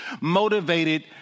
motivated